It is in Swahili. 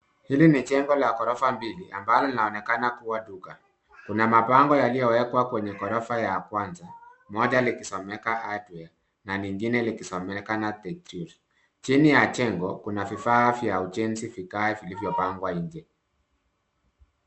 Hili ni njengo la ghorofa mbili ambalo linaonekana kuwa duka. Kuna mabango yaliyowekwa kwenye ghorofa ya kwanza. Moja likisomeka hardware na lingine likisomeka the drill . Chini ya jengo kuna vifaa vya ujenzi vikali vilivyopangwa nje.